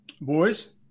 Boys